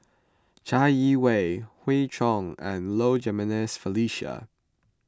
Chai Yee Wei Hoey Choo and Low Jimenez Felicia